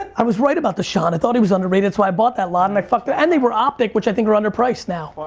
i was right about deshaun, i thought he was underrated so i bought that lot and i fucked it, and they were optic which i think are underpriced now.